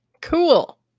Cool